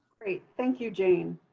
great. thank you, jane.